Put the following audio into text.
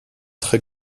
très